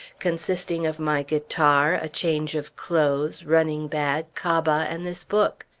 consisting of my guitar, a change of clothes, running-bag, cabas, and this book.